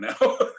now